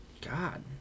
God